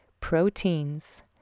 Proteins